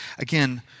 Again